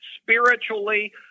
spiritually